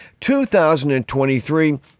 2023